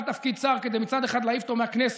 תפקיד שר כדי מצד אחד להעיף אותו מהכנסת,